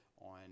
on